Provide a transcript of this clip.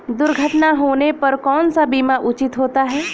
दुर्घटना होने पर कौन सा बीमा उचित होता है?